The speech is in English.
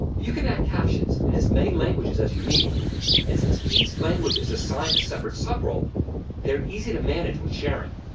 you can add captions in as many languages as you need and since each language is assigned a separate sub role they're easy to manage when sharing.